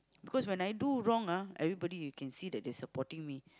because when I do wrong ah everybody you can see that they supporting me